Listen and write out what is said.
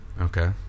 Okay